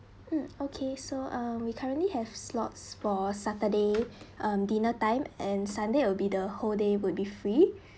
mm okay so uh we currently have slots for saturday um dinner time and sunday will be the whole day would be free